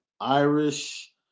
Irish